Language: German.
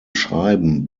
schreiben